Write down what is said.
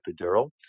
epidural